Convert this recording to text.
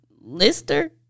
Lister